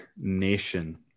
nation